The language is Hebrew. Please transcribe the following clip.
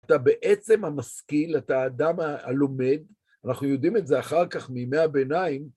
אתה בעצם המשכיל, אתה האדם הלומד, אנחנו יודעים את זה אחר כך, מימי הביניים.